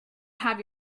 have